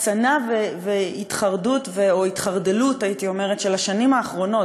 זה הקצנה והתחרדות או התחרדלות של השנים האחרונות,